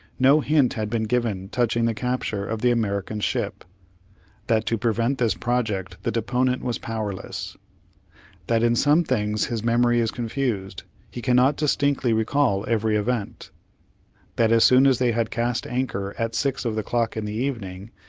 no hint had been given touching the capture of the american ship that to prevent this project the deponent was powerless that in some things his memory is confused, he cannot distinctly recall every event that as soon as they had cast anchor at six of the clock in the evening,